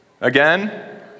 again